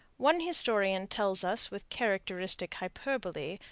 one historian tells us with characteristic hyperbole,